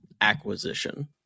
acquisition